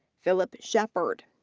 phillip shepard.